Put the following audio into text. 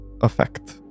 effect